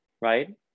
right